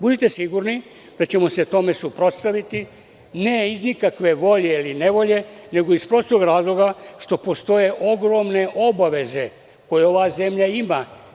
Budite sigurni da ćemo se tome suprotstaviti, ne iz nikakve volje ili nevolje nego iz prostog razloga što postoje odgovorne obaveze koje ova zemlja ima.